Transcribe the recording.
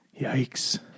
Yikes